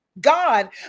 god